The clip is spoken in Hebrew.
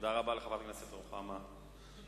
תודה רבה לחברת הכנסת רוחמה אברהם-בלילא.